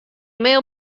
mail